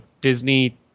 disney